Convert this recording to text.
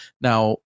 Now